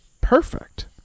perfect